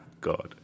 God